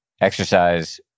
exercise